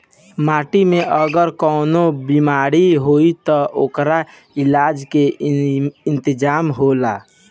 माटी में अगर कवनो बेमारी होई त ओकर इलाज के इंतजाम होला